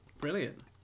Brilliant